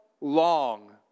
long